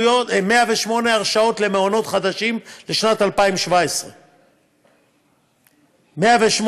הרשאות למעונות חדשים לשנת 2017. 108,